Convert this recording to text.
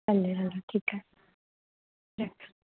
हले हले ठीकु आहे हा